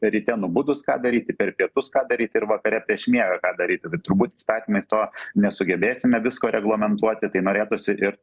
ryte nubudus ką daryti per pietus ką daryti ir vakare prieš miegą ką daryti tai turbūt įstatymais to nesugebėsime visko reglamentuoti tai norėtųsi ir